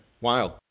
Wild